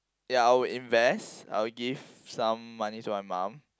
ya I would invest I would give some money to my mum